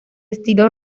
estilo